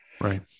Right